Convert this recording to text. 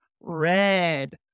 red